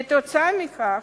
כתוצאה מכך,